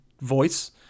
voice